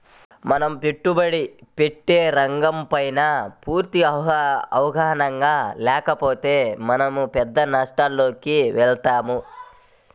మనం పెట్టుబడి పెట్టే రంగంపైన పూర్తి అవగాహన లేకపోతే మనం పెద్ద నష్టాలలోకి వెళతాం